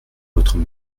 votre